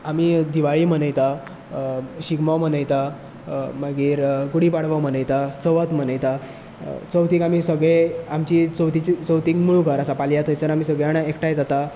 आमी दिवाळी मनयता शिगमो मनयता मागीर गुडीपाडवो मनयता चवथ मनयता चवथीक आमी सगळें आमची चवथीची चवथीक मूळ घर आसा पालया थंयसर आमी सगळीं जाणां एकठांय जातात